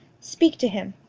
speak to him.